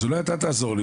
אז אולי אתה תעזור לי.